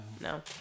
No